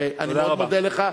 אני מאוד מודה לך.